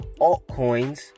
altcoins